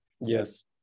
Yes